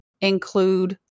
include